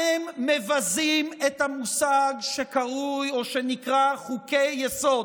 אתם מבזים את המושג שנקרא חוקי-יסוד.